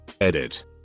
Edit